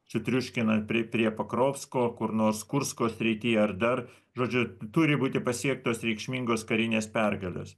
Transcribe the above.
sutriuškinant prie prie pakrovsko kur nors kursko srityje ar dar žodžiu turi būti pasiektos reikšmingos karinės pergalės